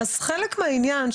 חלק מהעניין,